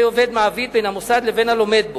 עובד-מעביד בין המוסד לבין הלומד בו.